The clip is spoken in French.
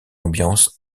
ambiance